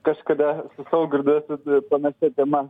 kažkada su saugirdu esu panašia tema